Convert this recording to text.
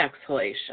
exhalation